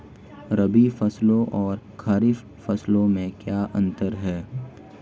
रबी फसलों और खरीफ फसलों में क्या अंतर है?